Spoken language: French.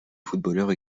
footballeur